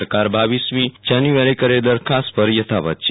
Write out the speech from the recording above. સરકાર રર મી જાન્યુ આરીએ કરેલી દરખાસ્ત પર યથાવત છે